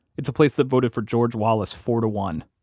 it's a place that voted for george wallace four to one.